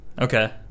okay